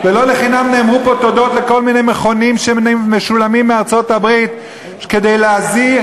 אל תהרסו את נשמת ישראל.